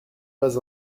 pas